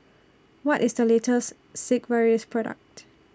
What IS The latest Sigvaris Product